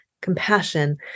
compassion